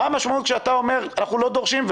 מה המשמעות שאתה אומר שאתם לא דורשים?